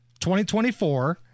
2024